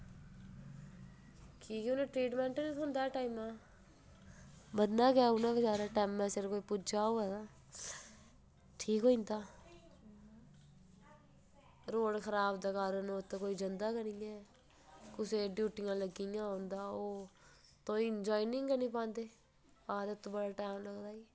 कि के उनें ट्रीटमेंट निं थ्होंदा टाइमां दा मरना गै उनें बेचारें टैमें सिर कोई पुज्जा होऐ तां ठीक होई जंदा रोड़ खराब दे कारण उत्त कोई जंदा गै निं ऐ कुसे दियां ड्यूटियां लग्गी दियां होन तां ओह् तुआहीं ज्वाइनिंग निं पांदे आक्खदे इत्त बड़ा टाईम लगदा जी